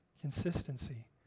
consistency